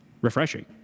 refreshing